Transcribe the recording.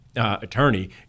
Attorney